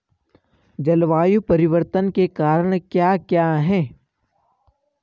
जलवायु परिवर्तन के कारण क्या क्या हैं?